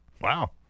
Wow